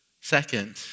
Second